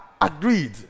agreed